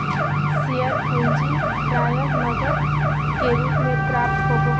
share पूंजी प्राय नकद के रूप में प्राप्त होबो हइ